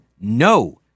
no